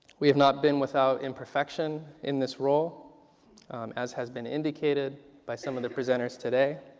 we have not been without imperfection in this role as has been indicated by some of the presenters today.